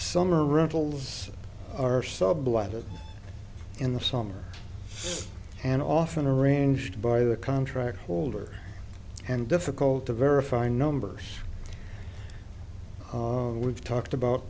summer rentals are subdivided in the summer and often are arranged by the contract holder and difficult to verify numbers we've talked about